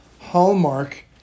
hallmark